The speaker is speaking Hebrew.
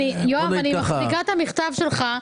יואב, אני מחזיקה את המכתב שלך.